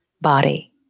body